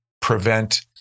prevent